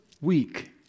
week